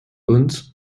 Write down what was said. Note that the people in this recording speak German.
uns